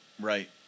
right